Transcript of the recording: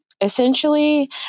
essentially